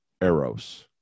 Eros